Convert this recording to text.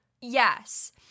Yes